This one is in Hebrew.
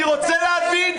אני רוצה להבין.